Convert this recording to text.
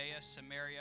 Samaria